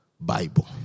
Bible